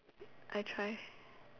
I try